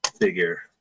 figure